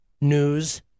news